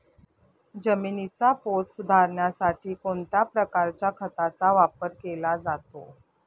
जमिनीचा पोत सुधारण्यासाठी कोणत्या प्रकारच्या खताचा वापर केला जातो?